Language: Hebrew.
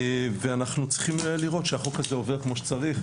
אנחנו צריכים לראות שהחוק הזה עובר כמו שצריך,